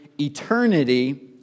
eternity